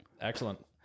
Excellent